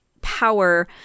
power